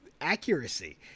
accuracy